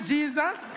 Jesus